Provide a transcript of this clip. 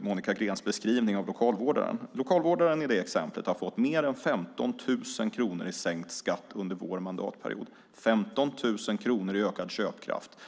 Monica Greens beskrivning av lokalvårdaren. Lokalvårdaren i exemplet har fått mer än 15 000 kronor i sänkt skatt under vår mandatperiod. Det är 15 000 kronor i ökad köpkraft.